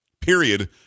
Period